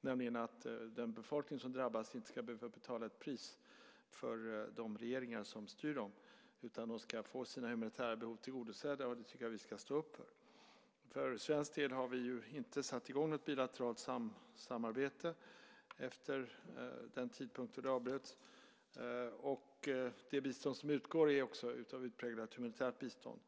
nämligen att den befolkning som drabbas inte ska behöva betala ett pris för de regeringar som styr dem. De ska få sina humanitära behov tillgodosedda, och det tycker jag att vi ska stå upp för. För svensk del har vi inte satt i gång ett bilateralt samarbete efter den tidpunkt då det avbröts. Det bistånd som utgår är också ett utpräglat humanitärt bistånd.